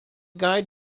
guide